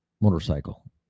motorcycle